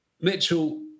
Mitchell